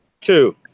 Two